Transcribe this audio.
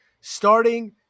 starting –